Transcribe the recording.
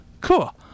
Cool